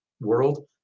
world